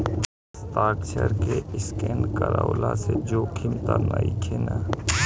हस्ताक्षर के स्केन करवला से जोखिम त नइखे न?